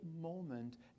moment